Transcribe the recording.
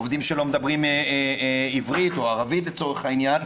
עובדים שלא מדברים עברית או ערבית לצורך העניין.